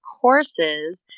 courses